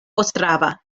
ostrava